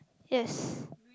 yes